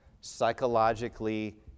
psychologically